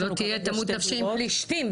שלא תהיה תמות נפשי עם פלשתים,